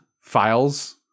files